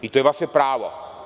To je vaše pravo.